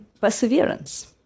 perseverance